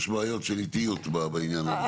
יש בעיות של איטיות בעניין הזה.